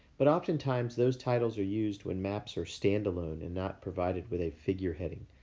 but, oftentimes those titles are used when maps are standalone and not provided with a figure heading.